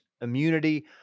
immunity